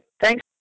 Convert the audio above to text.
Thanks